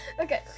okay